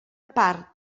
part